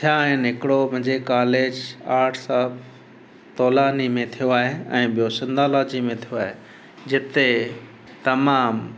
थिया आहिनि हिकिड़ो मुंहिंजे कॉलेज आर्ट साहिबु तोलानी में थियो आहे ऐं ॿियो सिंधोलॉजी में थियो आहे जिते तमामु